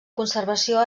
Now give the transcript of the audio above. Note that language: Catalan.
conservació